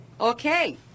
Okay